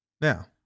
Now